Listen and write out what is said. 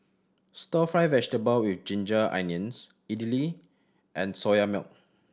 Stir Fry vegetable with ginger onions idly and Soya Milk